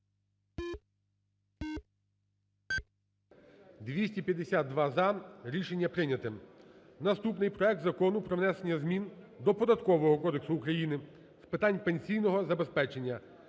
За-252 Рішення прийняте. Наступний проект Закону про внесення змін до Податкового кодексу України з питань пенсійного забезпечення